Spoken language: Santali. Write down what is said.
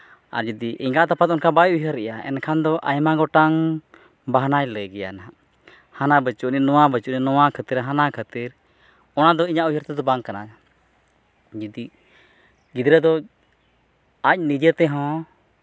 ᱟᱨ ᱡᱩᱫᱤ ᱮᱸᱜᱟᱛ ᱟᱯᱟᱛ ᱚᱱᱠᱟ ᱵᱟᱭ ᱩᱭᱦᱟᱹᱨᱮᱫᱼᱟ ᱮᱱᱠᱷᱟᱱ ᱫᱚ ᱟᱭᱢᱟ ᱜᱚᱴᱟᱝ ᱵᱟᱦᱱᱟᱭ ᱞᱟᱹᱭ ᱜᱮᱭᱟ ᱦᱟᱸᱜ ᱦᱟᱱᱟ ᱵᱟᱹᱪᱩᱜᱼᱟ ᱱᱚᱣᱟ ᱵᱟᱹᱪᱩᱜᱼᱟ ᱱᱚᱣᱟ ᱠᱷᱟᱹᱛᱤᱨ ᱦᱟᱱᱟ ᱠᱷᱟᱹᱛᱤᱨ ᱚᱱᱟᱫᱚ ᱤᱧᱟᱹᱜ ᱩᱭᱦᱟᱹᱨ ᱛᱮᱫᱚ ᱵᱟᱝ ᱠᱟᱱᱟ ᱡᱩᱫᱤ ᱜᱤᱫᱽᱨᱟᱹ ᱫᱚ ᱟᱡ ᱱᱤᱡᱮ ᱛᱮᱦᱚᱸ